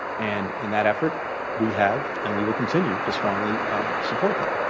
and in that effort we have and we will continue to strongly support them.